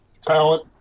talent